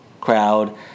crowd